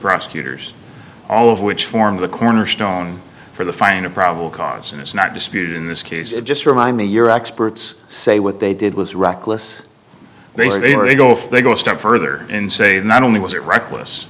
prosecutors all of which formed the cornerstone for the find of probable cause and is not disputed in this case it just remind me your experts say what they did was reckless they say where they go if they go a step further and say not only was it reckless